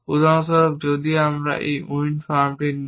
উদাহরণস্বরূপ যদি আমরা একটি উইন্ড ফার্ম নিই